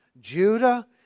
Judah